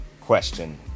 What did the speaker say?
question